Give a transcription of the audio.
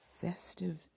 festive